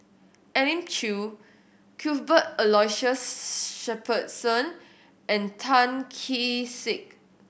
Elim Chew Cuthbert Aloysius Shepherdson and Tan Kee Sek